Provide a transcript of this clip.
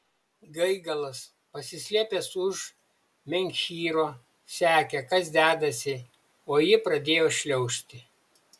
gaigalas pasislėpęs už menhyro sekė kas dedasi o ji pradėjo šliaužti